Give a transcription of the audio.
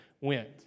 went